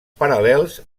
paral·lels